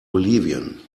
bolivien